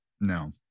No